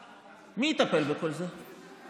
מי יטפל בכל זה?